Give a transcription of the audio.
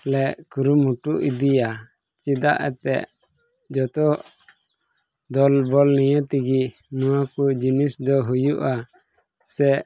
ᱞᱮ ᱠᱩᱨᱩᱢᱩᱴᱩ ᱤᱫᱤᱭᱟ ᱪᱮᱫᱟᱜ ᱮᱱᱛᱮᱫ ᱡᱚᱛᱚ ᱫᱚᱞᱵᱚᱞ ᱱᱤᱭᱟᱹ ᱛᱮᱜᱮ ᱱᱚᱣᱟ ᱠᱚ ᱡᱤᱱᱤᱥ ᱫᱚ ᱦᱩᱭᱩᱜᱼᱟ ᱥᱮ